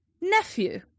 Nephew